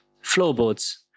Floorboards